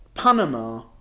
Panama